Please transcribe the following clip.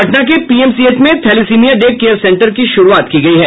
पटना के पीएमसीएच में thalassemia day care centre की शुरूआत की गयी है